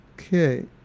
okay